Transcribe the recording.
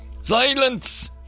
Silence